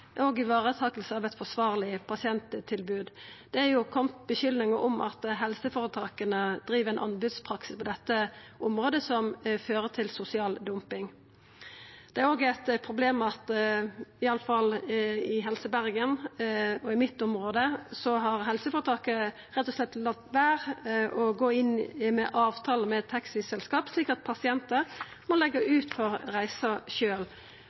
og varetakinga av eit forsvarleg pasienttilbod. Det har kome skuldingar om at helseføretaka driv ein anbodspraksis på dette området som fører til sosial dumping. Det er også eit problem at iallfall i Helse Bergen og i mitt område har helseføretaket rett og slett latt vera å inngå avtale med taxiselskap, slik at pasientar må leggja ut for reisa